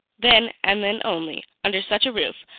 then, and then only, under such a roof,